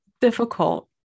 difficult